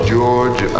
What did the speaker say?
George